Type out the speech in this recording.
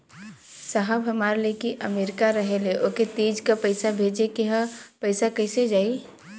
साहब हमार लईकी अमेरिका रहेले ओके तीज क पैसा भेजे के ह पैसा कईसे जाई?